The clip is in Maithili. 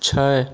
छै